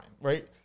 right